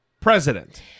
president